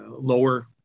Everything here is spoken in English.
lower